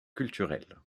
culturelles